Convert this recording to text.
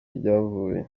ryavuye